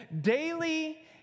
daily